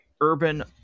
Urban